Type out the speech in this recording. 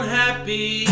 happy